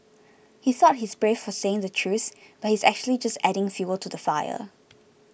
he thought he's brave for saying the truth but he's actually just adding fuel to the fire